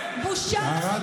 אולמרט התפטר,